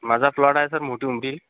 माझा प्लॉट आहे सर मोठी उमरी